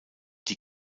die